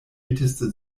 älteste